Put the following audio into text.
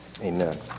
Amen